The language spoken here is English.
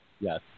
Yes